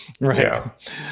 right